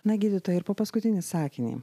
na gydytojai ir po paskutinį sakinį